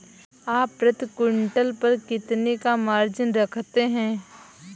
आप प्रति क्विंटल पर कितने का मार्जिन रखते हैं?